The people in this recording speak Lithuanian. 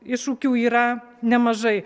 iššūkių yra nemažai